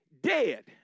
dead